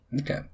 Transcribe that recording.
Okay